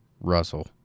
Russell